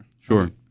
Sure